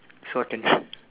so I can t~